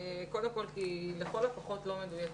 קודם כל כי לכל הפחות היא לא מדויקת.